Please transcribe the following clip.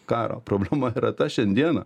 karo problema yra ta šiandieną